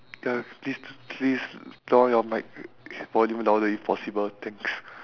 ya please please put down your mic volume louder if possible thanks